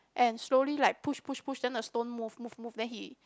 and slowly like push push push then the stone move move move then he